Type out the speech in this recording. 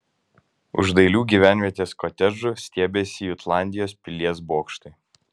už dailių gyvenvietės kotedžų stiebėsi jutlandijos pilies bokštai